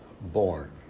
born